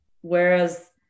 whereas